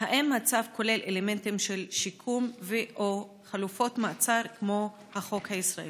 4. האם הצו כולל אלמנטים של שיקום ו/או חלופות מעצר כמו החוק הישראלי?